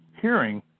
hearing